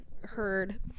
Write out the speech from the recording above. heard